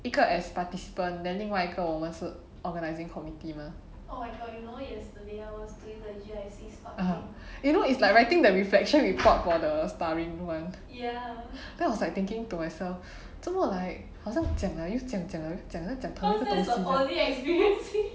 一个 as participant then 另外一个我们是 organising committee mah uh you know it's like writing that reflection report for the one then I was like thinking to myself 这么 like 好像讲了又讲讲了又讲讲同一个东西